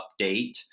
update